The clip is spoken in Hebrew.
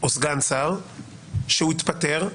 או סגן שר, שהוא התפטר,